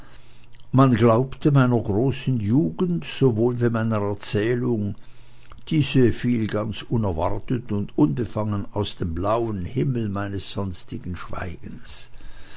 man glaubte meiner großen jugend sowohl wie meiner erzählung diese fiel ganz unerwartet und unbefangen aus dem blauen himmel meines sonstigen schweigens